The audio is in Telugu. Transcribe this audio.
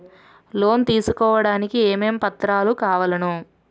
లోన్ తీసుకోడానికి ఏమేం పత్రాలు కావలెను?